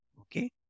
Okay